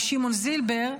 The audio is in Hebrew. עם שמעון זילבר,